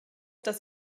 dass